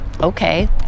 okay